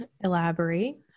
Elaborate